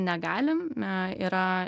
negalim yra